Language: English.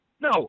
no